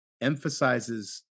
emphasizes